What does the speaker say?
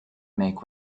make